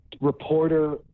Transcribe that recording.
reporter